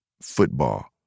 football